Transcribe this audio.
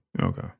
Okay